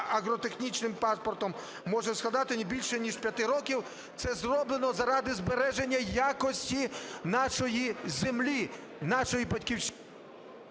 агротехнічним паспортом може складати не більше, ніж 5 років". Це зроблено заради збереження якості нашої землі… ГОЛОВУЮЧИЙ.